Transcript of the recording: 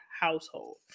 household